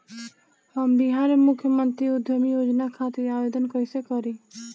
हम बिहार मुख्यमंत्री उद्यमी योजना खातिर आवेदन कईसे करी?